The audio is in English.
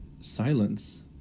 silence